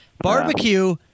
Barbecue